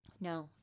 No